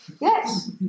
Yes